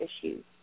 issues